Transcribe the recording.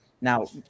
Now